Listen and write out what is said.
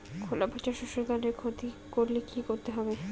খোলা পচা ধানশস্যের ক্ষতি করলে কি করতে হবে?